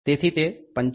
તેથી તે 55